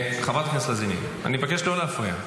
חברת הכנסת לזימי, אני מבקש לא להפריע.